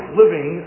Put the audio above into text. living